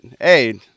hey